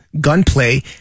gunplay